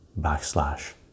backslash